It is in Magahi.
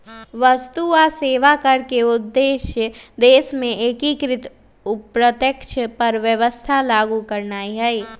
वस्तु आऽ सेवा कर के उद्देश्य देश में एकीकृत अप्रत्यक्ष कर व्यवस्था लागू करनाइ हइ